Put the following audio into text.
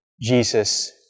Jesus